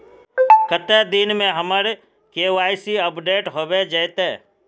कते दिन में हमर के.वाई.सी अपडेट होबे जयते?